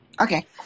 okay